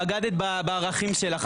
בגדת בערכים שלך.